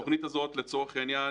התוכנית הזאת לצורך העניין,